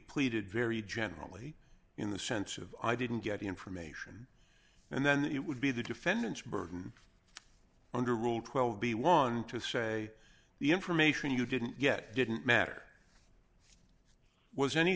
pleaded very generally in the sense of i didn't get the information and then it would be the defendant's burden under rule twelve b one to say the information you didn't get didn't matter was any